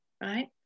right